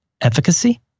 efficacy